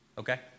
Okay